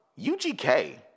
UGK